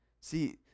See